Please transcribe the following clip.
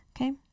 Okay